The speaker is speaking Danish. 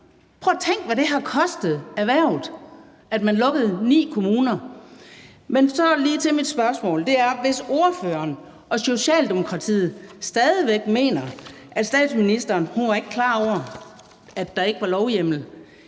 Prøv at tænke, hvad det har kostet erhvervet, at man lukkede ni kommuner. Mit spørgsmål er: Hvis ordføreren og Socialdemokratiet stadig væk mener, at statsministeren ikke var klar over, at der ikke var lovhjemmel,